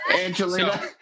Angelina